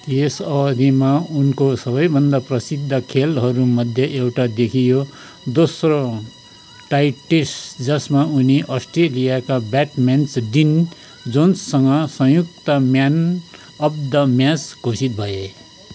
यस अवधिमा उनको सबैभन्दा प्रसिद्ध खेलहरूमध्ये एउटा देखियो दोस्रो टाइट टेस्ट जसमा उनी अस्ट्रेलियाका ब्याट्सम्यान डिन जोन्ससँग संयुक्त म्यान अब् द म्याच घोषित भए